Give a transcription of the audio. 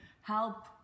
help